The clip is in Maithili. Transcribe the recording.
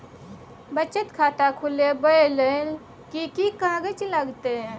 बचत खाता खुलैबै ले कि की कागज लागतै?